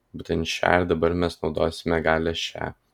būtent čia ir dabar mes naudosime galią šią